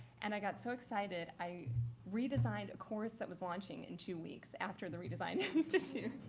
and i got so excited i redesigned a course that was launching in two weeks after the redesign institute.